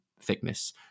thickness